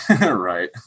Right